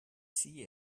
see